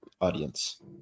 audience